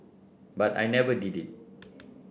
but I never did it